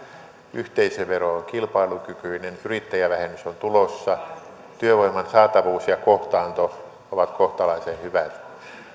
yhteisövero on kilpailukykyinen yrittäjävähennys on tulossa työvoiman saatavuus ja kohtaanto ovat kohtalaisen hyvät